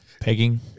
Pegging